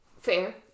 fair